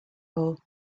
all